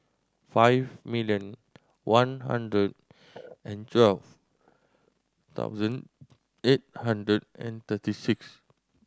five million one hundred and twelve thousand eight hundred and thirty six